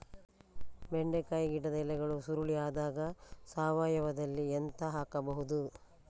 ಬೆಂಡೆ ಗಿಡದ ಎಲೆಗಳು ಸುರುಳಿ ಆದಾಗ ಸಾವಯವದಲ್ಲಿ ಎಂತ ಹಾಕಬಹುದು?